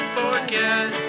forget